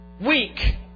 weak